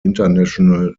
international